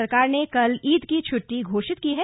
राज्य सरकार ने कल ईद की छुट्टी घोषित की है